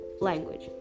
language